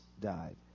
died